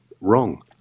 wrong